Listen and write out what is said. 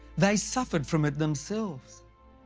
they suffered from it themselves.